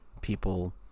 people